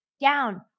down